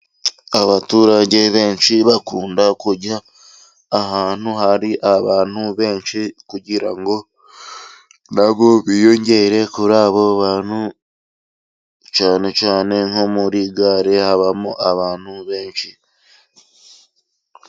Abaturage benshi bakunda kujya ahantu hari abantu benshi, kugira ngo nabo biyongere kuri abo bantu, cyane cyane nko muri gare habamo abantu benshi.